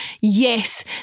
yes